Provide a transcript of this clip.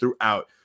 throughout